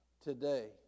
Today